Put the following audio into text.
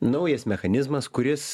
naujas mechanizmas kuris